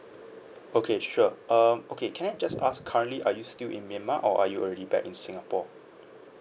okay sure um okay can I just ask currently are you still in myanmar or are you already back in singapore